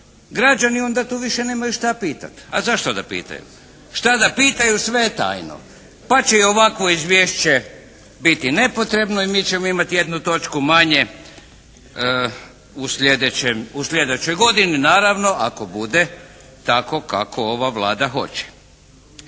Građani tu onda nemaju više šta pitati. A zašto da pitaju? Šta da pitaju? Sve je tajno. Pa će i ovakvo izvješće biti nepotrebno i mi ćemo imati jednu točku manje u slijedećoj godini, naravno ako bude tako kako ova Vlada hoće.